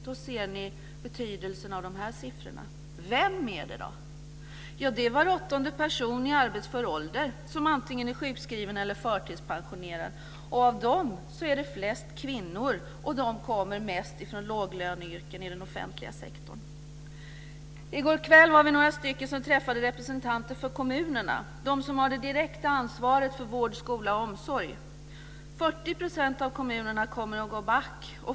Då ser ni betydelsen av dessa siffror. Vem gäller det? Det är var åttonde person i arbetsför ålder som antingen är sjukskriven eller förtidspensionerad. Av dem är det flest kvinnor, och de kommer mest från låglöneyrken i den offentliga sektorn. I går kväll var vi några som träffade representanter för kommunerna, de som har det direkta ansvaret för vård, skola och omsorg. 40 % av kommunerna kommer att gå back.